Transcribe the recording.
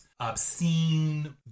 obscene